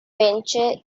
venture